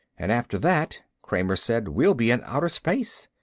and after that, kramer said, we'll be in outer space.